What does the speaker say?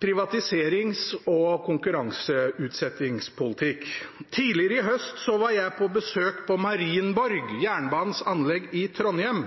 privatiserings- og konkurranseutsettingspolitikk. Tidligere i høst var jeg på besøk på Marienborg, jernbanens anlegg i Trondheim.